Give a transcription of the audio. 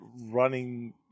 running